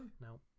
No